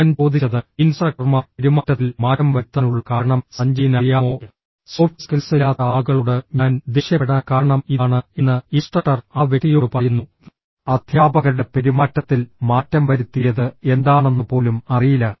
ഞാൻ ചോദിച്ചത് ഇൻസ്ട്രക്ടർമാർ പെരുമാറ്റത്തിൽ മാറ്റം വരുത്താനുള്ള കാരണം സഞ്ജയിന് അറിയാമോ സോഫ്റ്റ് സ്കിൽസ് ഇല്ലാത്ത ആളുകളോട് ഞാൻ ദേഷ്യപ്പെടാൻ കാരണം ഇതാണ് എന്ന് ഇൻസ്ട്രക്ടർ ആ വ്യക്തിയോട് പറയുന്നു അദ്ധ്യാപകരുടെ പെരുമാറ്റത്തിൽ മാറ്റം വരുത്തിയത് എന്താണെന്ന് പോലും അറിയില്ല